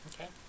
Okay